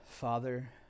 Father